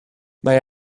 mae